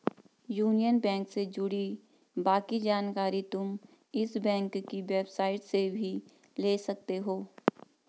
union Bank से जुड़ी बाकी जानकारी तुम इस बैंक की वेबसाईट से भी ले सकती हो